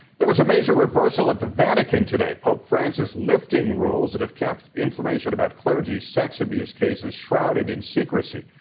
there was a major reversal at the vatican today. pope francis lifting rules that have kept information about clench. sex abuse cases shrouded in secrecy.